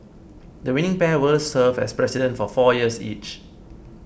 the winning pair will serve as President for four years each